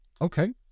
Okay